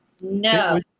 No